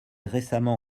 récemment